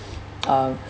uh